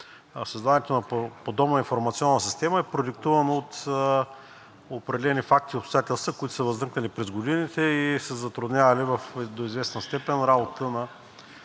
създаването на подобна информационна система е продиктувано от определени факти и обстоятелства, които са възникнали през годините и са затруднявали до известна степен работата